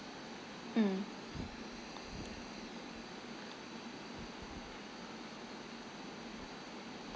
mm